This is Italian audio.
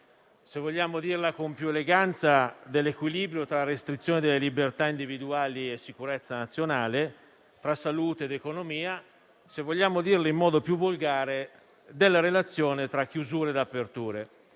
se vogliamo dirla con più eleganza, dell'equilibrio tra restrizione delle libertà individuali e sicurezza nazionale, tra salute ed economia o, se vogliamo dirla in modo più volgare, della relazione tra chiusure e aperture.